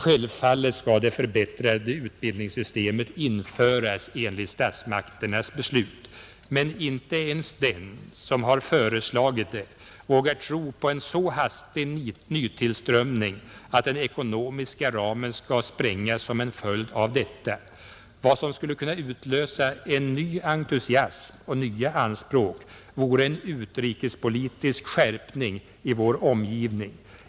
Självfallet skall det förbättrade utbildningssystemet införas enligt statsmakternas beslut, men inte ens den som har föreslagit det vågar tro på en så hastig nytillströmning att den ekonomiska ramen skall sprängas som en följd av detta. Vad som skulle kunna utlösa en ny entusiasm och nya anspråk vore en utrikespolitisk skärpning i vår omgivning.